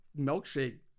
milkshake